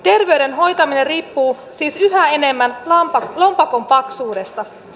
terveyden hoitaminen riippuu siis yhä enemmän lompakon paksuudesta